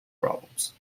problems